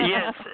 Yes